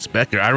Becker